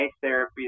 therapy